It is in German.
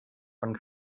von